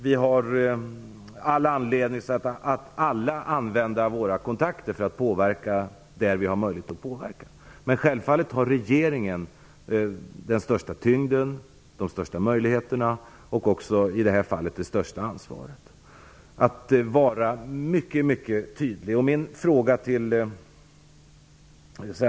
Vi har alla anledning att använda våra kontakter för att påverka där vi har möjlighet att påverka. Självfallet har regeringen den största tyngden, de största möjligheterna och också i detta fall det största ansvaret när det gäller att vara mycket tydlig.